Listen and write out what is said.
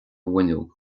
bhfuinneog